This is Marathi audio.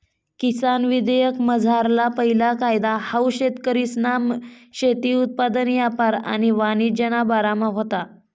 किसान विधेयकमझारला पैला कायदा हाऊ शेतकरीसना शेती उत्पादन यापार आणि वाणिज्यना बारामा व्हता